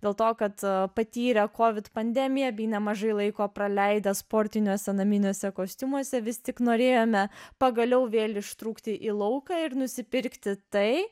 dėl to kad patyrę kovid pandemiją bei nemažai laiko praleidę sportiniuose naminiuose kostiumuose vis tik norėjome pagaliau vėl ištrūkti į lauką ir nusipirkti tai